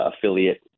affiliate